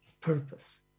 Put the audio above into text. purpose